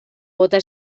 bota